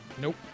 Nope